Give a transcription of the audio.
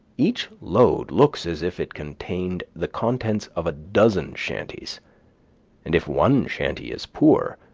each load looks as if it contained the contents of a dozen shanties and if one shanty is poor,